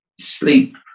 sleep